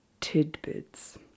tidbits